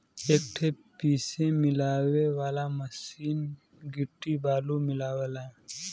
एक ठे पीसे मिलावे वाला मसीन गिट्टी बालू मिलावला